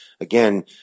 again